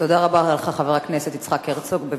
תודה רבה לך, חבר הכנסת יצחק הרצוג.